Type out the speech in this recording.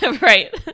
Right